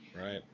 right